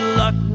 luck